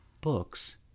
books